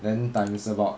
then times about